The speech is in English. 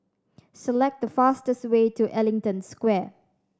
select the fastest way to Ellington Square